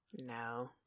no